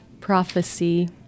prophecy